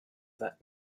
that